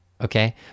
okay